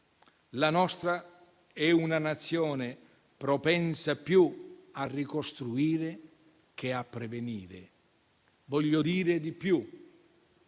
la nostra è una Nazione propensa più a ricostruire che a prevenire. Voglio dire di più: